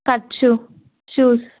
cut shoe shoes